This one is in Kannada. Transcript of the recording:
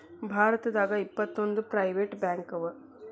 ಭಾರತದಾಗ ಇಪ್ಪತ್ತೊಂದು ಪ್ರೈವೆಟ್ ಬ್ಯಾಂಕವ